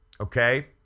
Okay